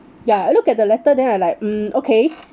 ya I look at the letter then I like mm okay